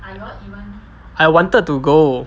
I wanted to go